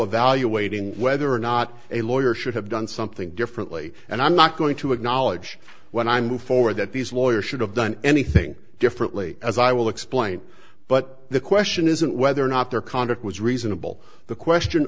evaluating whether or not a lawyer should have done something differently and i'm not going to acknowledge when i move forward that these lawyers should have done anything differently as i will explain but the question isn't whether or not their conduct was reasonable the question